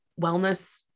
wellness